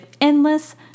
endless